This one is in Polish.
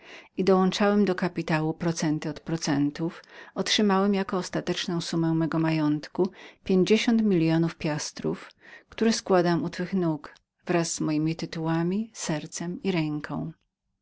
i dołączałem do kapitału procenta od procentów otrzymałem za ostateczny wypadek mego majątku summę pięćdziesięciu milionów piastrów którą składam u twych nóg wraz z mojemi tytułami sercem i ręką